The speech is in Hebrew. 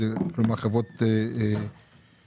כלומר חברות פרטיות?